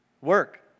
work